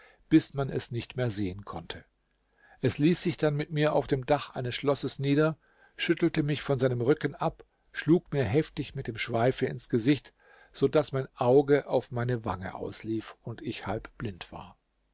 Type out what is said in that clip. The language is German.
bis man es nicht mehr sehen konnte es ließ sich dann mit mir auf dem dach eines schlosses nieder schüttelte mich von seinem rücken ab schlug mir heftig mit dem schweife ins gesicht so daß mein auge auf meine wange auslief und ich halbblind war